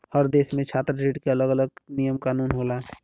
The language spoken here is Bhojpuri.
हर देस में छात्र ऋण के अलग अलग नियम कानून होला